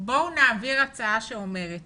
בואו נעביר הצעה שאומרת